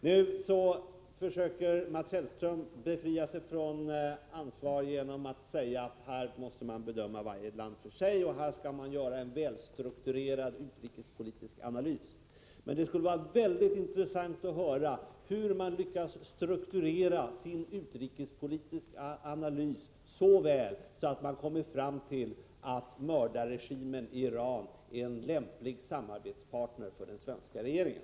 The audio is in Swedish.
Mats Hellström försöker befria sig från ansvar genom att säga att varje land måste bedömas för sig och att man skall göra en välstrukturerad utrikespolitisk analys. Det skulle vara väldigt intressant att få höra hur man lyckas strukturera sin utrikespolitiska analys så väl att man kommer fram till att mördarregimen i Iran är en lämplig samarbetspartner för den svenska regeringen.